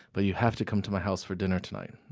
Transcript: but you have to come to my house for dinner tonight.